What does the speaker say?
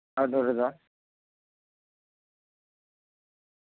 out door ᱨᱮᱫᱚ